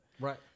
Right